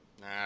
Nah